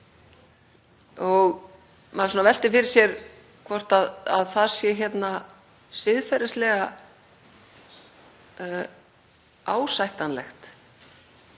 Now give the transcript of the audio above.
Maður veltir fyrir sér hvort það sé siðferðislega ásættanlegt